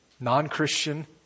Non-Christian